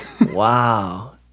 wow